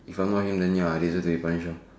if I'm not him then ya I deserve to be punished